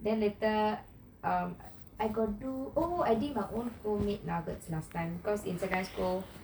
then later um I got do oh I made my own home made nuggets last time because in secondary school